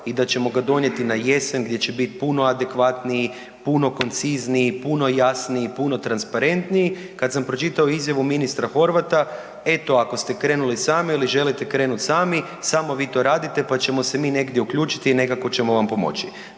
i da ćemo ga donijeti na jesen gdje će biti puno adekvatniji, puno koncizniji i puno jasniji puno transparentniji. Kada sam pročitao izjavu ministra Horvata, eto ako ste krenuli sami ili želite krenuti sami, samo vi to radite pa ćemo se mi negdje uključiti i nekako ćemo vam pomoći.